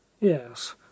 Yes